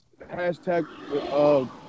hashtag